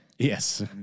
Yes